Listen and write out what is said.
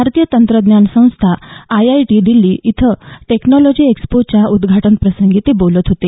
भारतीय तंत्रज्ञान संस्था आयआयटी दिल्ली इथं टेक्नॉलॉजी एक्स्पोच्या उद्घाटनप्रसंगी ते बोलत होते